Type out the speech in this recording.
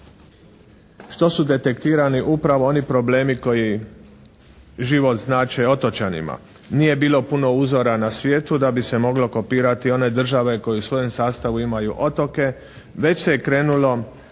što su detektirani upravo oni problemi koji život znače otočanima. Nije bilo puno uzora na svijetu da bi se moglo kopirati one države koje u svojem sastavu imaju otoke, već se krenulo